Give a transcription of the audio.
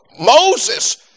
Moses